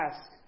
ask